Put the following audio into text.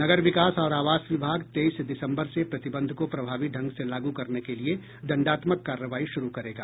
नगर विकास और आवास विभाग तेईस दिसम्बर से प्रतिबंध को प्रभावी ढंग से लागू करने के लिए दंडात्मक कार्रवाई शुरू करेगा